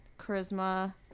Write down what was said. charisma